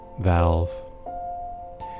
valve